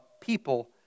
people